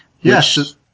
yes